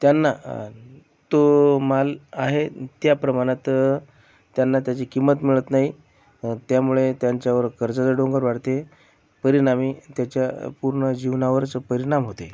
त्यांना तो माल आहे त्या प्रमाणात त्यांना त्याची किंमत मिळत नाही त्यामुळे त्यांच्यावर कर्जाचा डोंगर वाढते परिणामी त्याच्या पूर्ण जीवनावरच परिणाम होते